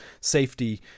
safety